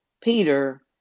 Peter